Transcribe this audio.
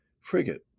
frigate